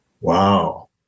Wow